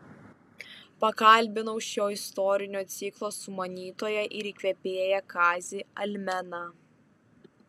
pakalbinau šio istorinio ciklo sumanytoją ir įkvėpėją kazį almeną